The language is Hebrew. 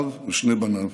אב ושני בניו.